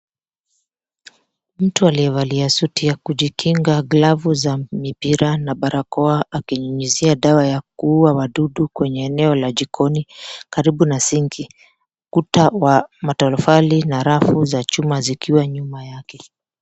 Mtu alievalia suti ya kujikinga, glavu za mipira na barakoa akinyunyuzia dawa ya kuuwa wadudu kwenye eneo la jikoni karibu na sink kuta wa matofali na rafu za chuma zikiwa nyuma yake.